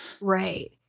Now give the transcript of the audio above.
Right